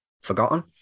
forgotten